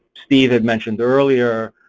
steve had mentioned earlier,